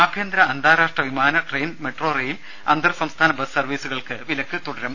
ആഭ്യന്തര അന്താരാഷ്ട്ര വിമാന ട്രെയിൻ മെട്രോ റെയിൽ അന്തർ സംസ്ഥാന ബസ് സർവീസുകൾക്ക് വിലക്ക് തുടരും